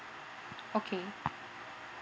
okay